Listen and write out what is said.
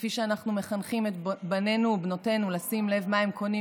כפי שאנחנו מחנכים את בנינו ובנותינו לשים לב מה הם קונים.